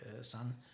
son